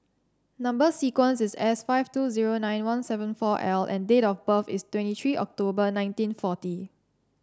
number sequence is S five two zero nine one seven four L and date of birth is twenty three October nineteen forty